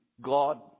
God